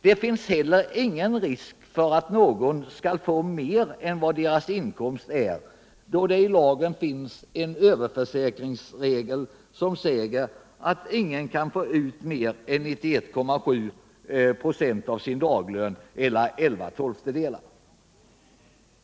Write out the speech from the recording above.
Det finns heller ingen risk för att någon skall få mer än sin inkomst, då det i lagen finns en överförsäkringsregel som säger att ingen kan få ut mer än 91.7 "6 av sin daglön eller elva tolftedelar.